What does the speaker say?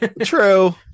True